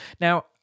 Now